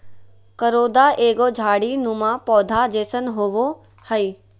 करोंदा एगो झाड़ी नुमा पौधा जैसन होबो हइ